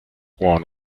won